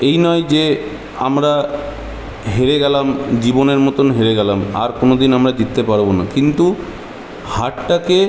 এই নয় যে আমরা হেরে গেলাম জীবনের মতন হেরে গেলাম আর কোনোদিন আমরা জিততে পারবো না কিন্তু হারটাকে